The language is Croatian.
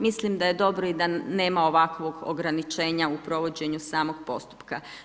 Mislim da je dobro i da nema ovakvog ograničenja u provođenju samog postupka.